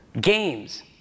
Games